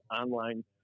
online